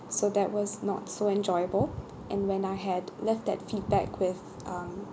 so that was not so enjoyable and when I had left that feedback with um